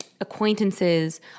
acquaintances